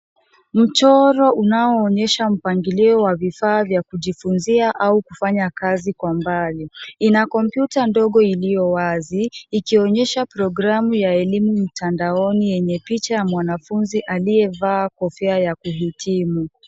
Mchoro unaoonyesha mpangilio wa vifaa vya kujifunzia au kufanya kazi kwa mbali. Ina kompyuta ndogo iliyowazi ikionyesha programu ya elimu mtandaoni yenye picha ya mwanafunzi aliyevaa kofia ya kuhitimu.